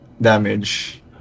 damage